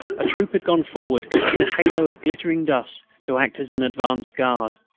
a troop had gone forward in a halo of glittering dust to act as an advance guard.